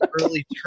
early